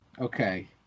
okay